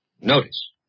Notice